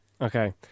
Okay